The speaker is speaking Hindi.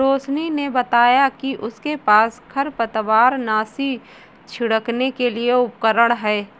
रोशिनी ने बताया कि उसके पास खरपतवारनाशी छिड़कने के लिए उपकरण है